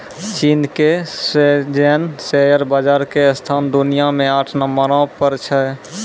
चीन के Shenzhen share बाजार के स्थान दुनिया मे आठ नम्बरो पर छै